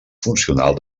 funcional